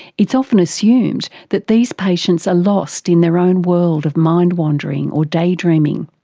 it's often assumed that these patients are lost in their own world of mind wandering, or daydreaming.